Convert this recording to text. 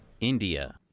India